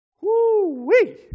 Woo-wee